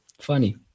funny